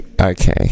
Okay